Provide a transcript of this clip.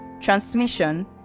transmission